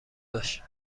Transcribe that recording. باش